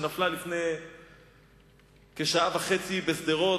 שנפלה לפני כשעה וחצי על שדרות.